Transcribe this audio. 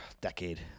decade